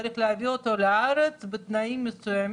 צריך יהיה להביא אותו לארץ בתנאים מסוימים,